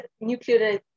nuclear